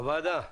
הוועדה תומכת,